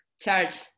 charge